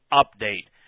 update